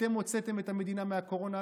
אתם הוצאת את המדינה מהקורונה?